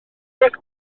beth